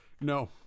No